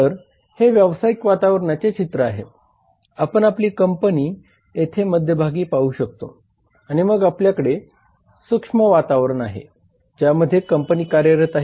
तर हे व्यावसायिक वातावरणाचे चित्र आहे आपण आपली कंपनी यथे मध्यभागी पाहू शकतो आणि मग आपल्याकडे सूक्ष्म वातावरण आहे ज्यामध्ये कंपनी कार्यरत आहे